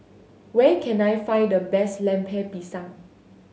where can I find the best Lemper Pisang